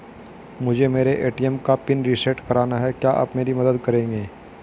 मुझे मेरे ए.टी.एम का पिन रीसेट कराना है क्या आप मेरी मदद करेंगे?